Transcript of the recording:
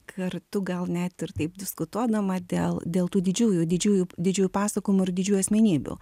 kartu gal net ir taip diskutuodama dėl dėl tų didžiųjų didžiųjų didžiųjų pasakojimų ir didžiųjų asmenybių